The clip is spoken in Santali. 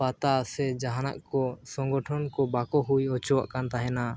ᱯᱟᱛᱟ ᱥᱮ ᱡᱟᱦᱟᱱᱟᱜ ᱠᱚ ᱥᱚᱝᱜᱚᱴᱷᱚᱱ ᱠᱚ ᱵᱟᱠᱚ ᱦᱩᱭ ᱦᱚᱪᱚᱣᱟᱜ ᱠᱟᱱ ᱛᱟᱦᱮᱱᱟ